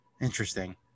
Interesting